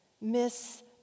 miss